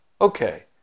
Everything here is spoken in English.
okay